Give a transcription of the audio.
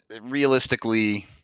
Realistically